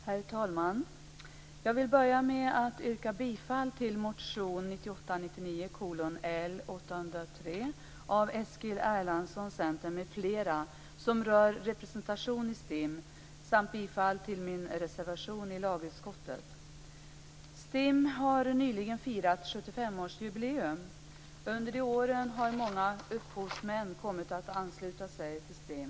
Herr talman! Jag vill börja med att yrka bifall till motion 1998/99:L803 av Eskil Erlandsson m.fl., som rör representation i STIM och bifall till min reservation till lagutskottets betänkande. STIM har nyligen firat 75-årsjubileum. Under dessa år har många upphovsmän kommit att ansluta sig till STIM.